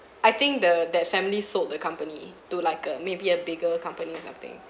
I think the that family sold the company to like a maybe a bigger company or something